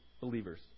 believers